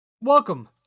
Welcome